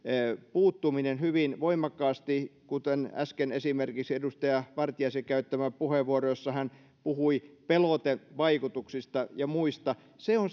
puuttuminen hyvin voimakkaasti kuten äsken esimerkiksi edustaja vartiaisen käyttämässä puheenvuorossa jossa hän puhui pelotevaikutuksista ja muista on